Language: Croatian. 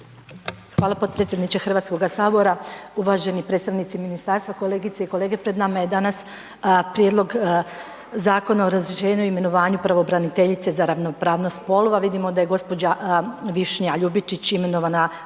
Hvala potpredsjedniče HS. Uvaženi predstavnici ministarstva, kolegice i kolege, pred nam je danas prijedlog Zakona o razrješenju i imenovanju pravobraniteljice za ravnopravnost spolova, vidimo da je gđa. Višnja Ljubičić imenovana